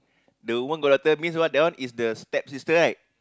the woman got daughter means what that one is the step sister right